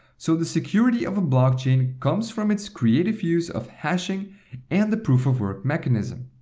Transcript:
so the security of a blockchain comes from its creative use of hashing and the proof-of-work mechanism.